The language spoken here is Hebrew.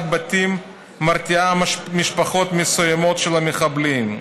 בתים מרתיעה משפחות מסוימות של מחבלים."